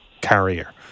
carrier